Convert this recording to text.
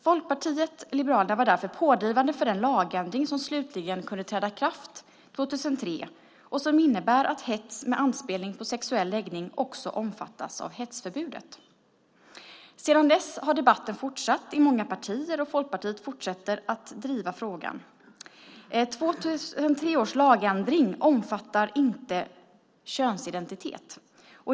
Folkpartiet liberalerna var därför pådrivande för den lagändring som slutligen kunde träda i kraft 2003 och som innebär att hets med anspelning på sexuell läggning också omfattas av hetsförbudet. Sedan dess har debatten fortsatt i många partier, och Folkpartiet fortsätter att driva frågan. 2003 års lagändring omfattar inte könsidentitet.